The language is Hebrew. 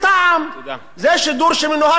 זה שידור שמנוהל על-ידי השב"כ,